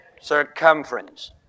circumference